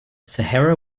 sahara